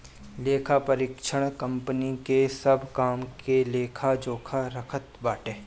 लेखापरीक्षक कंपनी के सब काम के लेखा जोखा रखत बाटे